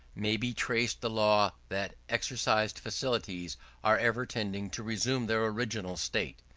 may be traced the law that exercised faculties are ever tending to resume their original state.